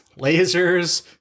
lasers